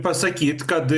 pasakyt kad